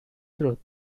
truth